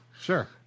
Sure